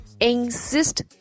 insist